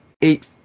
eight